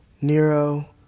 Nero